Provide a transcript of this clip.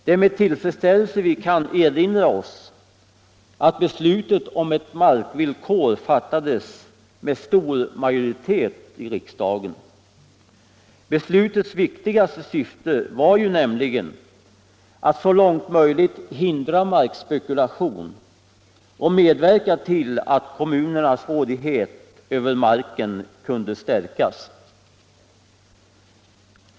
Det är med tillfredsställelse vi kan erinra oss att beslutet om ett markvillkor fattades med stor majoritet i riksdagen. Beslutets viktigaste syfte var ju att så långt möjligt hindra markspekulation och medverka till att kommunernas rådighet över marken kunde stärkas.